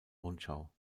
rundschau